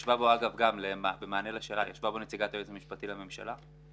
ישבה בו נציגת היועץ המשפטי לממשלה.